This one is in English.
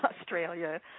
Australia